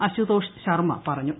Ashutosh ശർമ്മാപ്റഞ്ഞു